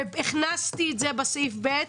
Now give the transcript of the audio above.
והכנסתי את זה בסעיף ב',